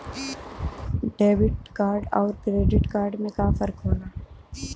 Debit card अउर credit card में का फर्क होला?